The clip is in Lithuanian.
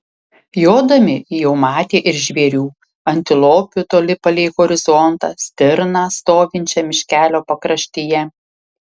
jodami jau matė ir žvėrių antilopių toli palei horizontą stirną stovinčią miškelio pakraštyje